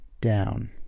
down